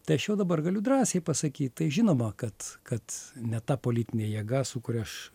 tai aš jau dabar galiu drąsiai pasakyt tai žinoma kad kad ne ta politinė jėga su kuria aš